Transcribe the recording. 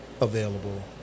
available